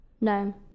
No